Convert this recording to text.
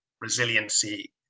resiliency